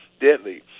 deadly